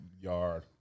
yard